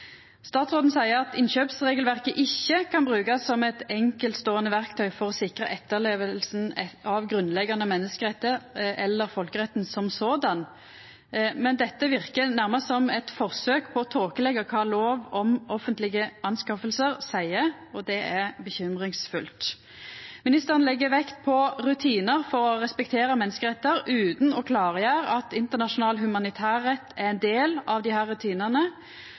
Statsråden seier at innkjøpsregelverket ikkje kan «brukes som et enkeltstående verktøy for å sikre etterlevelsen av grunnleggende menneskerettigheter eller folkeretten som sådan», men dette verkar nærmast som eit forsøk på å tåkeleggja kva lov om offentlige anskaffelser seier. Det er bekymringsfullt. Ministeren legg vekt på rutinar for å respektera menneskerettar utan å klargjera at internasjonal humanitærrett er ein del av desse rutinane, altså at internasjonal humanitærrett er ein del av